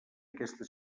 aquesta